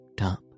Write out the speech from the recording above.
up